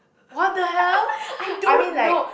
what the hell I mean like